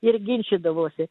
ir ginčydavosi